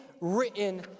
written